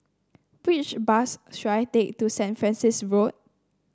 which bus should I take to Saint Francis Road